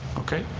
okay,